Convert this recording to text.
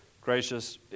gracious